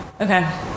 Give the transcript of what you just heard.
Okay